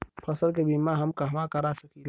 फसल के बिमा हम कहवा करा सकीला?